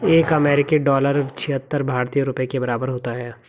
एक अमेरिकी डॉलर छिहत्तर भारतीय रुपये के बराबर होता है